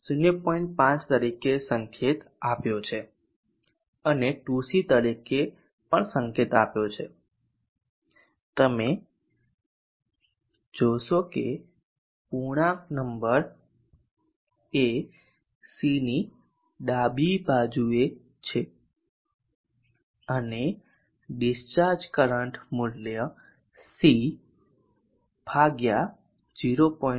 5 તરીકે સંકેત આપ્યો છે અને 2C તરીકે પણ સંકેત આપ્યો છે તમે જોશો કે પૂર્ણાંક નંબર એ C ની ડાબી બાજુ છે અને ડિસ્ચાર્જ કરંટ મૂલ્ય C ભાગ્યા 0